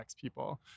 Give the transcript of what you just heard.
people